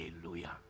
Hallelujah